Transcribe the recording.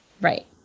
Right